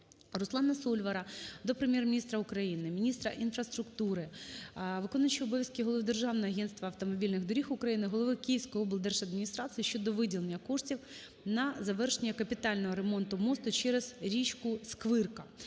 Руслана Сольвара до Прем'єр-міністра України, міністра інфраструктури, виконуючого обов'язки Голови Державного агентства автомобільних доріг України, голови Київської облдержадміністрації щодо виділення коштів на завершення капітального ремонту мосту через річку Сквирка.